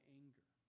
anger